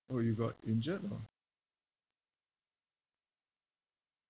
orh you got injured orh